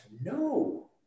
No